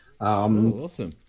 Awesome